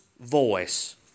voice